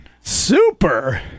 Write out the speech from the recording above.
Super